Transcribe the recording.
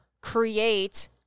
create